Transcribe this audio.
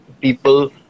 people